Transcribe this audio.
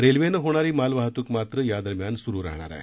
रेल्वेने होणारी माल वाहतूक मात्र या दरम्यान सुरू राहणार आहे